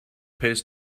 pays